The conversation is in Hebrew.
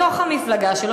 בתוך המפלגה שלו,